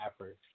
Effort